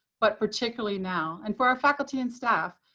but particularly now. and for our faculty and staff,